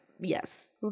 Yes